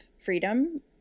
freedom